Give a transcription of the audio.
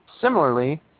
Similarly